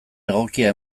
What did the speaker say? egokia